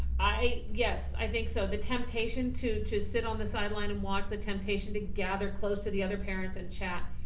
i guess, i think so the temptation to to sit on the sideline and watch, the temptation to gather close to the other parents and chat,